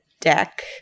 deck